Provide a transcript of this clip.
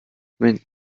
mit